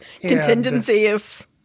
contingencies